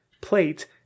plate